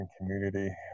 community